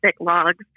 logs